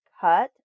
cut